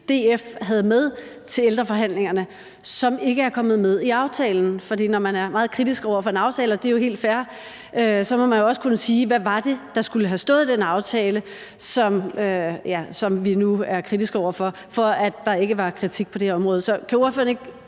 DF havde med til ældreforhandlingerne, som ikke er kommet med i aftalen. For når man er meget kritisk over for en aftale, og det er jo helt fair, må man jo også kunne sige, hvad det var, der skulle have stået i den aftale, som man nu er kritisk over for, for at der ikke var kritik på det område. Så kan ordføreren ikke